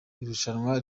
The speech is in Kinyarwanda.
irushanwa